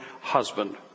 husband